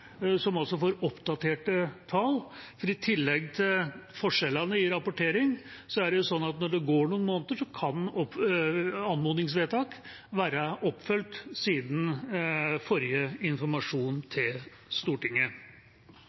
som også får oppdaterte tall. For i tillegg til forskjellene i rapportering er det sånn at når det går noen måneder, kan anmodningsvedtak være oppfylt siden forrige informasjon til Stortinget.